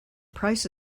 price